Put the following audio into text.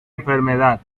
enfermedad